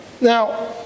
Now